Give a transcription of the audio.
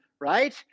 right